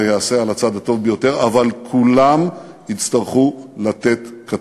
אז אפשר לשנות את זה.